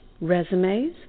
resumes